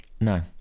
No